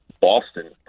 Boston